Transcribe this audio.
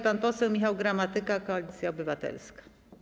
Pan poseł Michał Gramatyka, Koalicja Obywatelska.